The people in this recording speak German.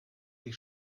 sie